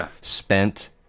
spent